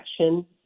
Action